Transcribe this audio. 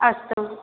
अस्तु